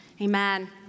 Amen